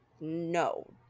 no